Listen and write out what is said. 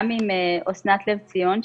גם עם אסנת לב ציון,